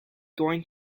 going